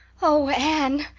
oh, anne,